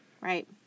Right